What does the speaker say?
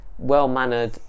Well-mannered